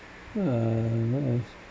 err what else